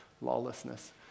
lawlessness